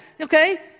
okay